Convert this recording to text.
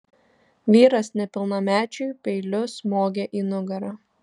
vyras nepilnamečiui peiliu smogė į nugarą